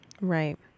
Right